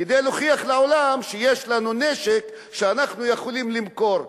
כדי להוכיח לעולם שיש לנו נשק שאנחנו יכולים למכור.